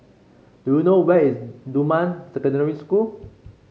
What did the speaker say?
do you know where is Dunman Secondary School